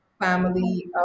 family